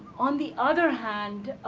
on the other hand,